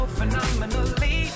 phenomenally